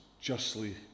justly